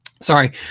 Sorry